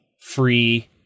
free